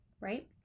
Right